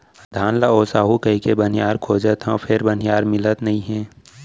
धान ल ओसाहू कहिके बनिहार खोजत हँव फेर बनिहार मिलत नइ हे